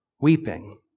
weeping